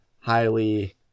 highly